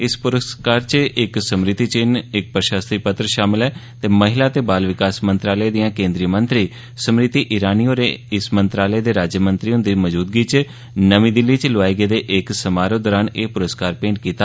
इस पुरस्कार च इक समृति चिन्ह इक प्रशस्ति पत्तर शामल ऐ ते महिला ते बाल विकास मंत्रालय दिआं केन्द्री मंत्री स्मृति ईरानी होरें इस मंत्रालय दे राज्यमंत्री हुंदी मौजूदगी च नर्मी दिल्ली च लोआए गेदे इक समारोह दौरान एह पुरस्कार भेंट कीता